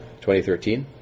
2013